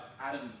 Adam